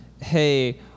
hey